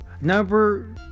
number